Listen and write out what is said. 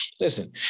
listen